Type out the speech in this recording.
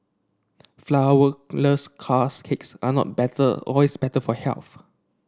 flourless cars cakes are not better always better for health